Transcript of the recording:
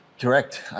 Correct